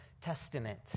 Testament